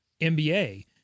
NBA